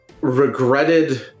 regretted